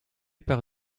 par